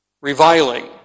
Reviling